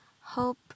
hope